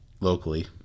locally